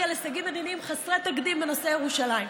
להישגים מדיניים חסרי תקדים בנושא ירושלים,